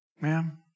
Ma'am